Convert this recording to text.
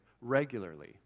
regularly